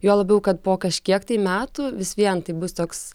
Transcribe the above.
juo labiau kad po kažkiek tai metų vis vien tai bus toks